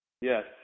Yes